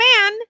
man